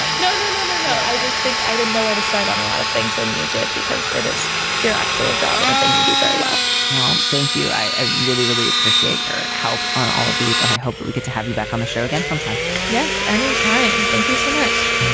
and no, no, no, no, no. i just think i didn't know where to start on a lot of things and you did. because it is your actual job and i thing you do very well well, thank you. i i really, really appreciate your help on all of these. and i hope that we get to have you back on the show again sometime yes. anytime. thank you so much